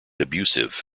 abusive